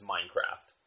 Minecraft